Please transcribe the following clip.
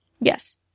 Yes